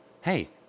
Hey